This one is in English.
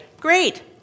Great